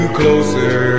closer